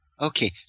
Okay